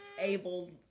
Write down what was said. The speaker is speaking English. able